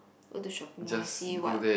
go to shopping mall see what